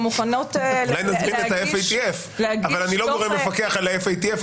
אבל אני לא גורם מפקח על ה- FATF,